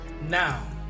Now